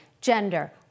gender